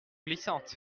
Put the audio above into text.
glissantes